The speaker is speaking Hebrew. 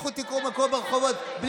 אתה הבאתם למצב הזה,